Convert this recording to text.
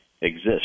exist